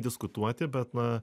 diskutuoti bet na